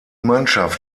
mannschaft